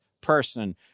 person